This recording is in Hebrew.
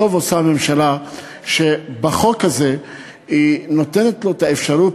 טוב עושה הממשלה שבחוק הזה היא נותנת לו את האפשרות,